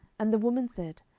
and the woman said,